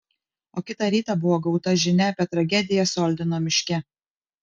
o kitą rytą buvo gauta žinia apie tragediją soldino miške